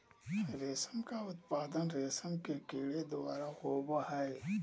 रेशम का उत्पादन रेशम के कीड़े द्वारा होबो हइ